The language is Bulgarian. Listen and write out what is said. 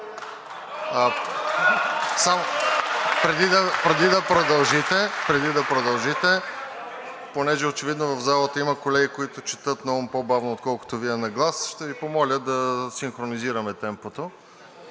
преди да продължите – понеже очевидно в залата има колеги, които четат наум по-бавно, отколкото Вие на глас, ще Ви помоля да синхронизираме темпото.